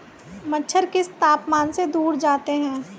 मच्छर किस तापमान से दूर जाते हैं?